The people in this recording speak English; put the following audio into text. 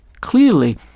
Clearly